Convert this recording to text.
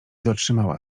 dotrzymała